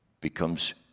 becomes